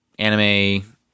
Anime